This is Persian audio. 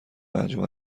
انجمن